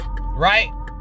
Right